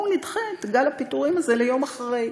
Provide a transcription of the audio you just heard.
בואו נדחה את גל הפיטורים הזה ליום אחרי.